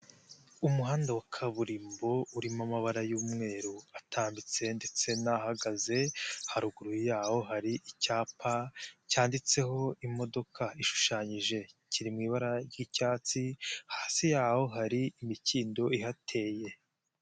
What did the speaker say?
Uumuhanda wa kaburimbo urimo amabara y'umweru atambitse, ndetse n'ahagaze haruguru yaho hari icyapa cyanditseho imodoka ishushanyije, kiri mu ibara ry'icyatsi hasi yaho hari imikindo ihateye.